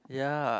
ya